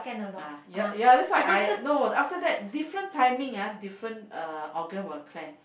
ah ya ya that's why I know after that different timing ah different uh organ will cleanse